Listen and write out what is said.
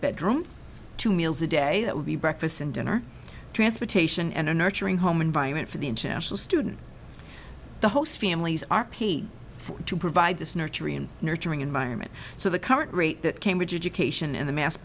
bedroom two meals a day that would be breakfast and dinner transportation and a nurturing home environment for the international student the host families are paid to provide this nurturing and nurturing environment so the current rate cambridge education in the mas